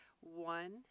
one